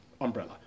umbrella